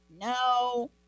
No